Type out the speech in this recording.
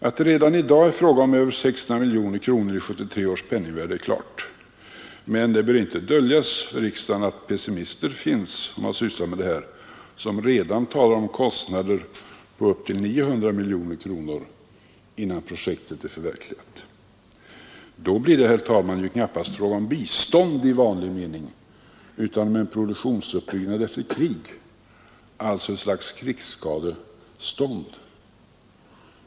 Att det redan i dag är fråga om 600 miljoner kronor i 1973 års penningvärde är klart. Men det bör inte döljas för riksdagen att pessimister som sysslat med detta redan talar om kostnader på upp till 900 miljoner kronor innan projektet är förverkligat. Då blir det, herr talman, knappast fråga om bistånd i vanlig mening utan om en återuppbyggnad efter krig, alltså ett slags krigsskadestånd.